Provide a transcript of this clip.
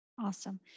Awesome